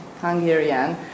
Hungarian